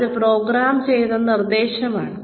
അത് പ്രോഗ്രാം ചെയ്ത നിർദ്ദേശമാണ്